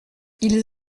ils